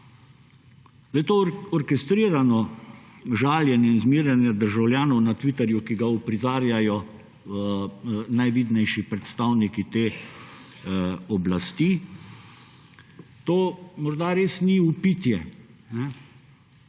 To orkestrirano žaljenje in zmerjanje državljanov na Twitterju, ki ga uprizarjajo najvidnejši predstavniki te oblasti, to morda res ni vpitje,